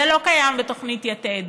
זה לא קיים בתוכנית יתד.